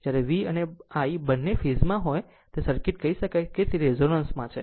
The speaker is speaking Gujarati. જ્યારે V અને I બંને ફેઝમાં હોય ત્યારે એક સર્કિટ કહી શકાય કે રેઝોનન્સ છે